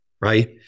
Right